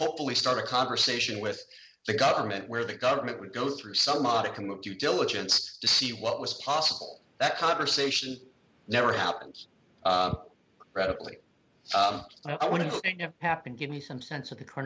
hopefully start a conversation with the government where the government would go through some modicum of due diligence to see what was possible that conversation never happens radically and i wouldn't happen give me some sense of the c